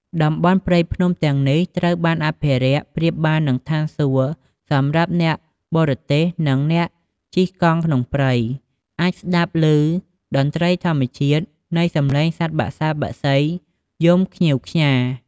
តំបន់ព្រៃភ្នំទាំងនេះត្រូវបានអភរិក្សប្រៀបបាននឹងឋានសួគ៌សម្រាប់អ្នកបររទេសនិងអ្នកជិះកង់ក្នុងព្រៃ អាចស្តាប់ឭតន្រ្តីធម្មជាតិ នៃសម្លេងសត្វបក្សាបក្សីយំខ្ញៀវខ្ញា។